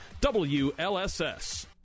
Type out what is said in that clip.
WLSS